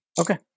Okay